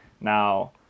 now